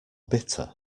bitter